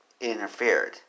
interfered